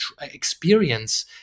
experience